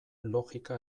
logika